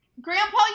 grandpa